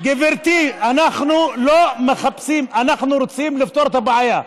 גברתי, אנחנו רוצים לפתור את הבעיה.